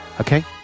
Okay